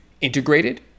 integrated